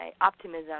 optimism